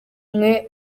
umwe